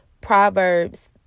Proverbs